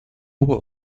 hubo